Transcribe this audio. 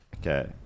Okay